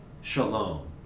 Shalom